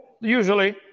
Usually